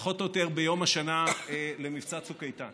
פחות או יותר ביום השנה למבצע צוק איתן,